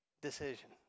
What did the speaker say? decision